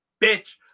bitch